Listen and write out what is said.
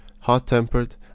hot-tempered